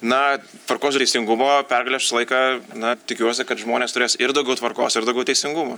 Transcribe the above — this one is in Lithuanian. na tvarkos ir teisingumo pergale aš visą laiką na tikiuosi kad žmonės turės ir daugiau tvarkos ir daugiau teisingumo